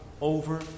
over